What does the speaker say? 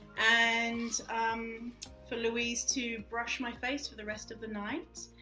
and um for louise to brush my face for the rest of the night.